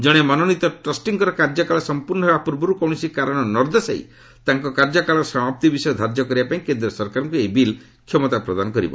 ଜଣେ ମନୋନୀତ ଟ୍ରଷ୍ଟିଙ୍କର କାର୍ଯ୍ୟକାଳ ସମ୍ପର୍ଣ୍ଣ ହେବା ପୂର୍ବରୁ କୌଣସି କାରଣ ନ ଦର୍ଶାଇ ତାଙ୍କ କାର୍ଯ୍ୟକାଳର ସମାପ୍ତି ବିଷୟ ଧାର୍ଯ୍ୟ କରିବାପାଇଁ କେନ୍ଦ୍ର ସରକାରଙ୍କୁ ଏହି ବିଲ୍ କ୍ଷମତା ପ୍ରଦାନ କରିବ